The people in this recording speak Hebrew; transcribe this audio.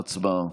הצבעה.